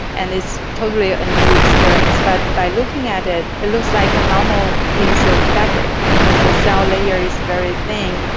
and it's totally ah a new experience. but by looking at it, it looks like a normal piece of fabric because the cell layer is very thin,